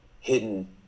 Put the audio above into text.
hidden